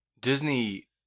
Disney